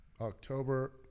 October